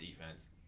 defense